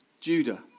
Judah